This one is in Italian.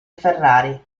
ferrari